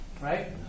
right